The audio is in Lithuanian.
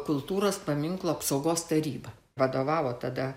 kultūros paminklų apsaugos taryba vadovavo tada